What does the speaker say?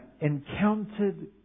encountered